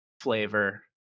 flavor